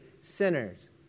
sinners